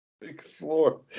explore